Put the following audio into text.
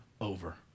over